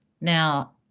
Now